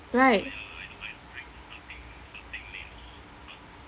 right